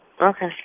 okay